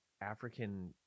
african